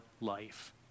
life